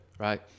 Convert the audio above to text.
Right